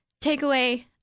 Takeaway